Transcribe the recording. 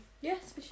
Yes